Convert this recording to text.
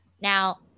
Now